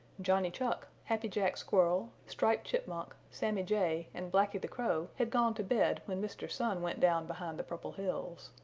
johnny chuck, happy jack squirrel, striped chipmunk, sammy jay and blacky the crow had gone to bed when mr. sun went down behind the purple hills.